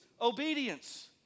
obedience